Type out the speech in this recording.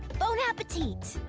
bon appetite!